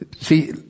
See